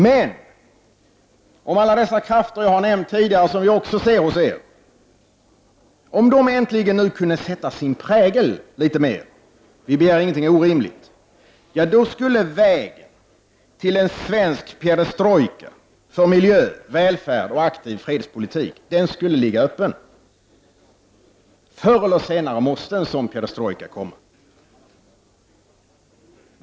Men om alla de krafter som jag tidigare nämnt och som finns hos er, nu äntligen litet mer kunde sätta sin prägel på socialdemokratin — vi begär ingenting orimligt — skulle vägen till en svensk perestrojka för miljö, välfärd och aktiv fredspolitik ligga öppen. Förr eller senare måste en sådan perestrojka komma.